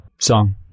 song